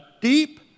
deep